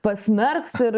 pasmerks ir